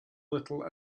little